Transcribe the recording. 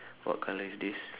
what colour is this